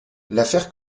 l’affaire